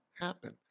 happen